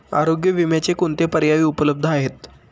आरोग्य विम्याचे कोणते पर्याय उपलब्ध आहेत?